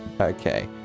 okay